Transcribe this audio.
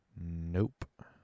nope